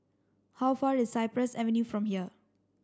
how far is Cypress Avenue from here